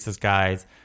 guys